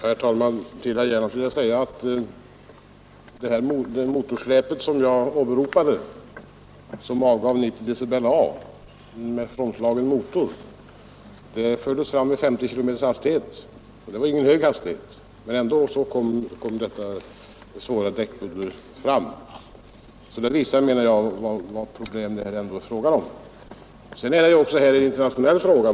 Herr talman! Till herr Gernandt vill jag säga att det motorsläp jag åberopade som gav 90 dB med frånslagen motor framfördes med 50 km/tim. Det är ingen hög hastighet, och ändå kom detta svåra däckbuller fram. Det visar, menar jag, vilket problem det ändå är fråga om. Detta är också en internationell fråga.